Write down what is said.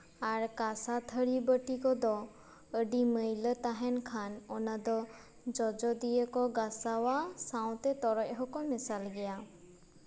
ᱟᱨ ᱠᱟᱸᱥᱟ ᱛᱷᱟᱹᱨᱤ ᱵᱟᱹᱴᱤ ᱠᱚᱫᱚ ᱟᱹᱰᱤ ᱢᱟᱹᱭᱞᱟᱹ ᱛᱟᱦᱮᱱ ᱠᱷᱟᱱ ᱚᱱᱟ ᱫᱚ ᱡᱚᱡᱚ ᱫᱤᱭᱮ ᱠᱚ ᱜᱟᱥᱟᱣᱟ ᱥᱟᱶᱛᱮ ᱛᱚᱨᱚᱡ ᱦᱚᱸᱠᱚ ᱢᱮᱥᱟᱞ ᱜᱮᱭᱟ